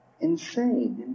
insane